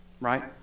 right